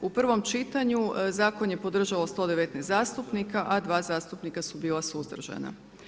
U prvom čitanju zakon je podržalo 119 zastupnika, a 2 zastupnika su bila suzdržana.